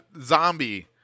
Zombie